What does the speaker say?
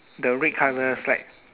the red colour slide